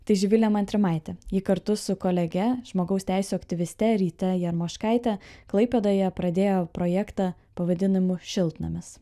tai živilė montrimaitė ji kartu su kolege žmogaus teisių aktyviste ryte jarmoškaitė klaipėdoje pradėjo projektą pavadinimu šiltnamis